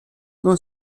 non